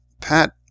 Pat